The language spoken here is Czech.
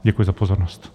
Děkuji za pozornost.